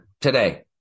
today